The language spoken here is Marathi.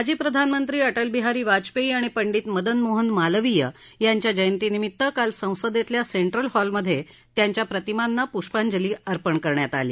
माजी प्रधानमंत्री अटलबिहारी वाजपेयी आणि पंडित मदन मोहन मालविय यांच्या जयंतीनिमित्त काल संसदेतल्या सेंट्रल हॉलमधे त्यांच्या प्रतिमांना पुष्पांजली अर्पण करण्यात आली